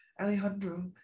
Alejandro